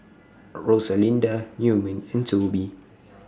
Rosalinda Newman and Toby